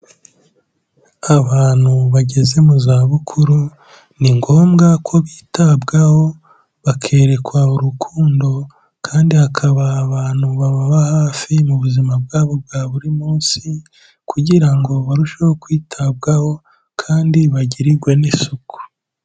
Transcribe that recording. Abantu bageze mu za bukuru ni ngombwa ko bitabwaho, bakerekwa urukundo kandi hakaba abantu babababa hafi mu buzima bwabo bwa buri munsi kugira ngo barusheho kwitabwaho kandi bagirirwe n'isuku.